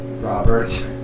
Robert